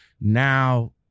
now